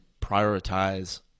prioritize